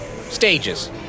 stages